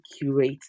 curate